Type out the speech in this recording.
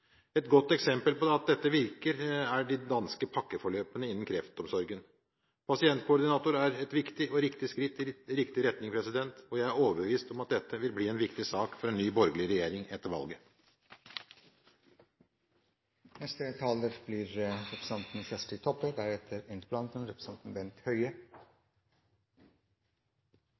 Et godt eksempel på at dette virker, er de danske pakkeforløpene innen kreftomsorgen. Pasientkoordinator er et viktig og riktig skritt i riktig retning, og jeg er overbevist om at dette vil bli en viktig sak for en ny borgerlig regjering etter